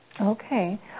Okay